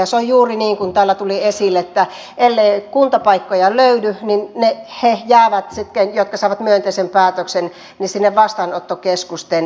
se on juuri niin kuin täällä tuli esille että ellei kuntapaikkoja löydy niin he jotka saavat myönteisen päätöksen jäävät sitten sinne vastaanottokeskusten sijoituspaikkakunnille